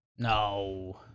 No